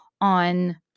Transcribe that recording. on